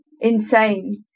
insane